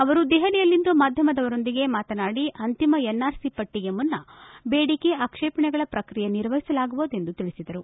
ಅವರು ದೆಹಲಿಯಲ್ಲಿಂದು ಮಾಧ್ಯಮದವರೊಂದಿಗೆ ಮಾತನಾಡಿ ಅಂತಿಮ ಎನ್ಆರ್ಸಿ ಪಟ್ಟಿಗೆ ಮುನ್ನ ಬೇಡಿಕೆ ಆಕ್ಷೇಪಣೆಗಳ ಶ್ರಕ್ರಿಯೆ ನಿರ್ವಹಿಸಲಾಗುವುದು ಎಂದು ತಿಳಿಸಿದರು